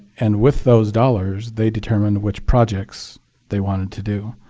and with those dollars, they determined which projects they wanted to do.